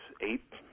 eight